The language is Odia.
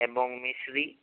ଏବଂ ମିଶ୍ରି